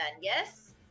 yes